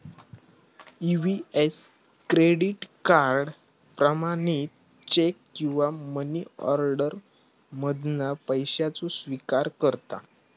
EVS credit card, प्रमाणित cheque किंवा money order मधना पैशाचो स्विकार करता